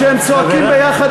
כשהם צועקים ביחד,